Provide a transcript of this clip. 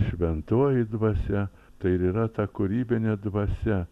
šventoji dvasia tai ir yra ta kūrybinė dvasia